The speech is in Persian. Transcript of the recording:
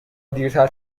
دیرتر